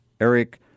Eric